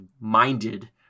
minded